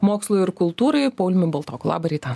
mokslui ir kultūrai pauliumi baltoku labą rytą